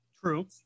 True